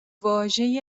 واژه